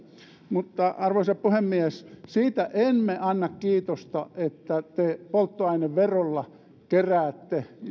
mutta arvoisa puhemies siitä emme anna kiitosta että te polttoaineverolla keräätte